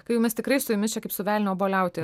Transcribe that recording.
kai jau mes tikrai su jumis čia kaip su velniu obuoliauti